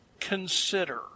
consider